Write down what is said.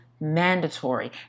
mandatory